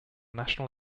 national